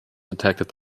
detected